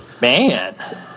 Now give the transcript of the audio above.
Man